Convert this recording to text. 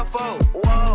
Whoa